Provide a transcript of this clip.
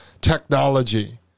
technology